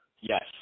Yes